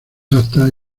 actas